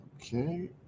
Okay